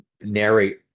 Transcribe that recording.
narrate